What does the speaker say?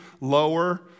lower